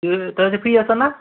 তই আজি ফ্ৰী আছা ন